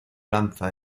lanza